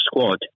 squad